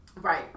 Right